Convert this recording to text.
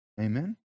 Amen